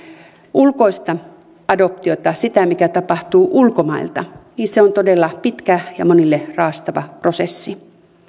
ulkoista adoptiota mikä tapahtuu ulkomailta niin se on todella pitkä ja monille raastava prosessi